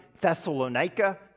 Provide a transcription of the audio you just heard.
Thessalonica